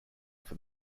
for